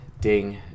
ding